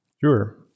Sure